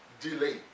delay